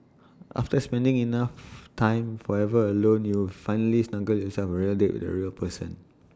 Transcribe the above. after spending enough time forever alone you've finally snugged yourself A real date with A real person